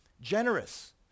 generous